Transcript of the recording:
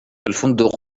الفندق